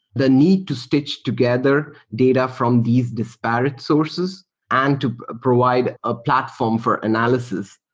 the need to stitch together data from these disparate sources and to provide a platform for analysis,